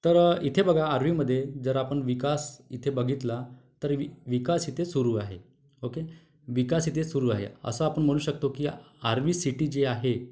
तर इथे बघा आर्वीमध्ये जर आपण विकास इथे बघितला तर वि विकास इथे सुरू आहे ओके विकास इथे सुरू आहे असं आपण म्हणू शकतो की आर्वी सिटी जी आहे